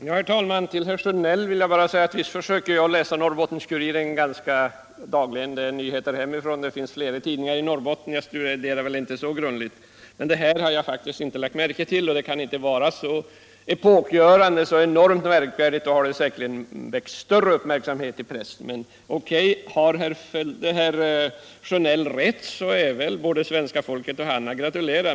Herr talman! Till herr Sjönell vill jag bara säga att visst försöker jag läsa Norrbottens-Kuriren dagligen, det är nyheter hemifrån. Men det finns fler tidningar i Norrbotten och jag studerar den väl inte så grundligt. Artikeln om jorduppvärmda egnahem har jag faktiskt inte lagt märke till. Idén kan inte vara så enormt märkvärdig för annars hade den säkerligen väckt större uppmärksamhet i pressen. Har herr Sjönell rätt är väl både svenska folket och han att gratulera.